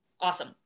Awesome